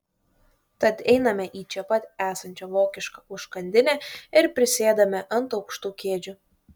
tad einame į čia pat esančią vokišką užkandinę ir prisėdame ant aukštų kėdžių